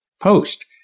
post